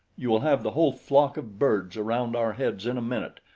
you will have the whole flock of birds around our heads in a minute,